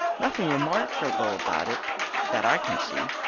nothing remarkable about it that i can see.